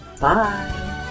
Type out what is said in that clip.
Bye